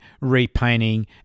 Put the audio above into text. repainting